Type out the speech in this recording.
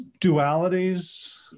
dualities